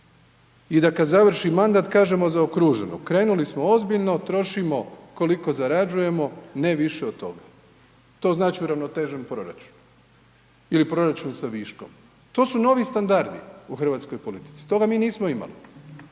I da kad završi mandat, kažemo zaokruženo, krenuli smo ozbiljno, trošimo koliko zarađujemo, ne više od toga. To znači uravnotežen proračun ili proračun sa viškom. To su novi standardi u hrvatskoj politici, toga mi nismo imali.